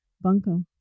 Bunko